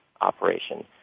operation